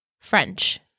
french